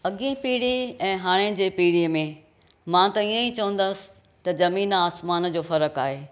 अॻे पीढ़ी ऐं हाणे जी पीढ़ीअ में मां त हीअं ई चवंदसि त ज़मीन आसमान जो फ़र्क़ु आहे